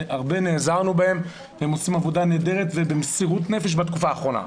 נעזרנו בהם הרבה והם עושים עבודה נהדרת ובמסירות נפש בתקופה האחרונה.